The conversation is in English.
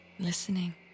listening